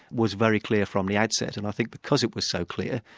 was very clear from the outset, and i think because it was so clear,